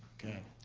okay.